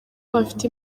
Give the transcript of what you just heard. bafite